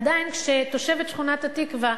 עדיין כשתושבת שכונת-התקווה,